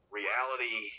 reality